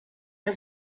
der